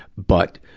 but,